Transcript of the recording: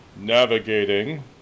navigating